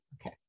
okay